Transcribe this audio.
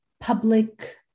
public